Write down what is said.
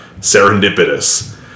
serendipitous